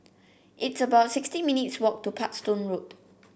it's about sixty minutes walk to Parkstone Road